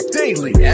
daily